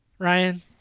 Ryan